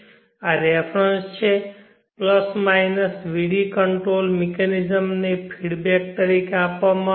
આ રેફરન્સ છે plus minus vq control mechanism ને ફીડબેક તરીકે આપવામાં આવે છે